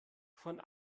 von